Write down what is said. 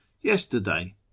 yesterday